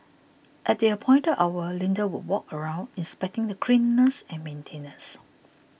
at the appointed hour Linda would walk around inspecting the cleanliness and maintenance